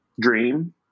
dream